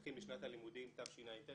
מתחיל משנת הלימודים תשע"ט,